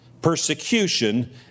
persecution